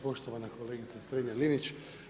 Poštovana kolegice Stranja-Linić.